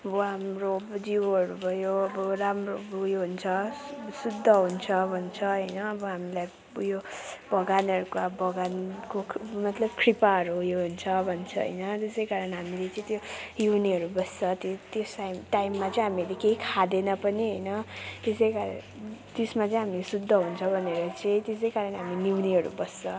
अब हाम्रो जिउहरू भयो अब राम्रो उयो हुन्छ शुद्ध हुन्छ भन्छ होइन अब हामीलाई उयो भगवानहरूको अब भगवानको मतलब कृपाहरू उयो हुन्छ भन्छ होइन त्यसै कारण हामीले चाहिँ त्यो न्युनेहरू बस्छ त्यो त्यस टाम टाइममा चाहिँ हामीले केही खाँदैन पनि होइन त्यसै कारण त्यसमा चाहिँ हामी शुद्ध हुन्छ भनेर चाहिँ त्यसै कारण हामी न्युनेहरू बस्छ